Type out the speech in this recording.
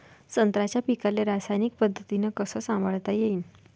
संत्र्याच्या पीकाले रासायनिक पद्धतीनं कस संभाळता येईन?